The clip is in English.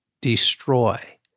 destroy